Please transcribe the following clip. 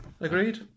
Agreed